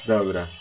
Dobra